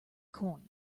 coin